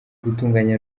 gutunganya